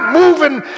moving